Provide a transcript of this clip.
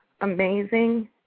amazing